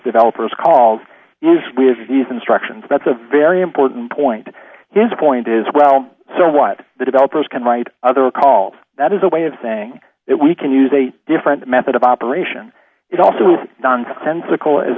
developers calls is with these instructions that's a very important point his point is well so what the developers can write other call that is a way of saying it we can use a different method of operation it also is nonsensical as